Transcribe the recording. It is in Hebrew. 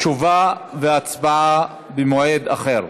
תשובה והצבעה במועד אחר.